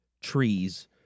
Trees